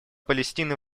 палестины